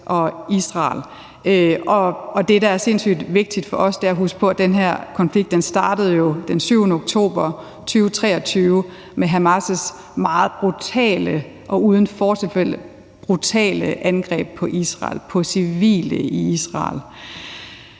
og Israel. Og det, der er sindssygt vigtigt for os, er at huske på, at den her konflikt jo startede den 7. oktober 2023 med Hamas' meget brutale, uden fortilfælde brutale angreb på Israel, på civile i Israel.